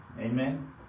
Amen